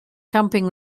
camping